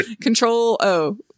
Control-O